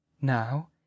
Now